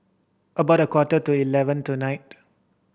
about a quarter to eleven tonight